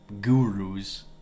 gurus